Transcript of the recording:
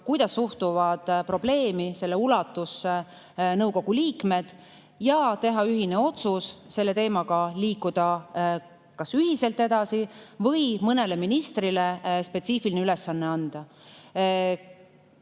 kuidas suhtuvad probleemi ja selle ulatusse nõukogu liikmed, ja teha ühine otsus, kas selle teemaga liikuda ühiselt edasi või mõnele ministrile spetsiifiline ülesanne anda.